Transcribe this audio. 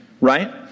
right